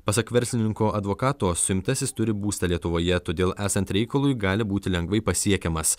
pasak verslininko advokato suimtasis turi būstą lietuvoje todėl esant reikalui gali būti lengvai pasiekiamas